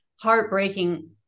heartbreaking